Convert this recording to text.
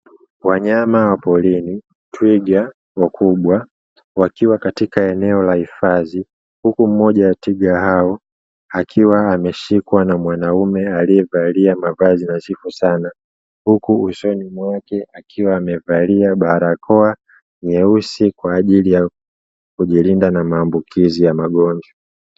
Wanyama wa porini twiga wakubwa wakiwa katika eneo la hifadhi, huku mmoja wa twiga hao akiwa ameshikwa na mwanaume aliyevalia mavazi nadhifu sana, huku usoni mwake akiwa amevalia barakoa nyeusi kwa ajili ya kujilinda na maambukizi ya magonjwa.